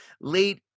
late